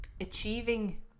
achieving